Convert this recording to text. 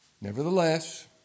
Nevertheless